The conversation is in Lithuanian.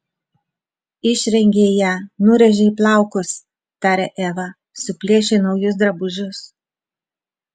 išrengei ją nurėžei plaukus tarė eva suplėšei naujus drabužius